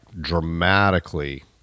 dramatically